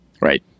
Right